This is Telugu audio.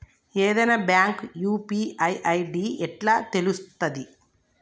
ఏదైనా బ్యాంక్ యూ.పీ.ఐ ఐ.డి ఎట్లా తెలుత్తది?